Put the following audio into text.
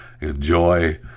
enjoy